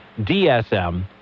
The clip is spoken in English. DSM